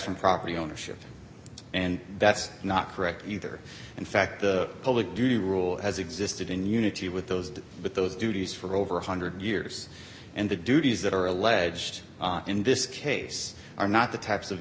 from property ownership and that's not correct either in fact the public duty rule has existed in unity with those with those duties for over a one hundred years and the duties that are alleged in this case are not the types of